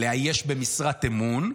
לאייש במשרת אמון?